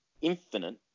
infinite